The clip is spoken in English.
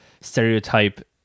stereotype